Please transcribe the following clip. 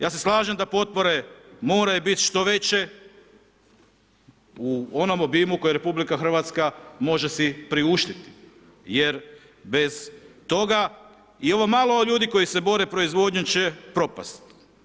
Ja se slažem da potpore moraju biti što veće u onom obimu koje RH može si priuštiti jer bez toga i ovo malo ljudi koji se bave proizvodnjom će propasti.